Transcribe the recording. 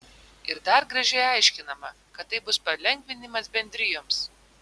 ir dar gražiai aiškinama kad tai bus palengvinimas bendrijoms